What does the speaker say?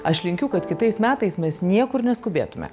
aš linkiu kad kitais metais mes niekur neskubėtume